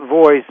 voice